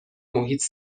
محیط